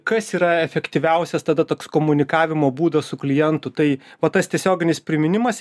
kas yra efektyviausias tada toks komunikavimo būdas su klientu tai va tas tiesioginis priminimas